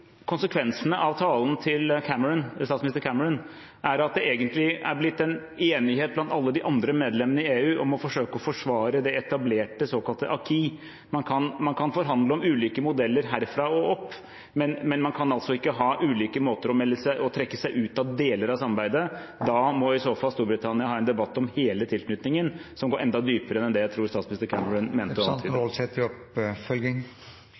konsekvensene av talen til statsminister Cameron, er at det egentlig er blitt en enighet blant alle de andre medlemmene i EU om å forsøke å forsvare det etablerte, det såkalte «aquis». Man kan forhandle om ulike modeller herfra og opp, men man kan ikke ha ulike måter å trekke seg ut av deler av samarbeidet på. Da må i så fall Storbritannia ha en debatt om hele tilknytningen, som går enda dypere enn det jeg tror statsminister Cameron mente